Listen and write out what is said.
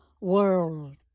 world